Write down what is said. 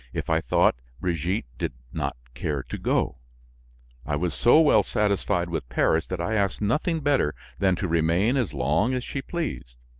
if i thought brigitte did not care to go i was so well satisfied with paris that i asked nothing better than to remain as long as she pleased.